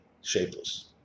shapeless